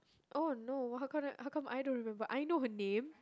oh no how come how come I don't remember I know her name